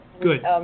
Good